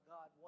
God